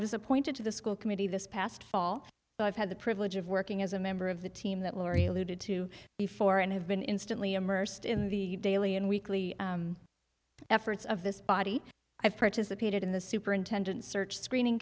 was appointed to the school committee this past fall but i've had the privilege of working as a member of the team that laurie alluded to before and have been instantly immersed in the daily and weekly efforts of this body i've participated in the superintendent's search screening